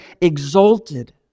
exalted